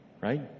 Right